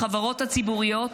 בחברות הציבוריות,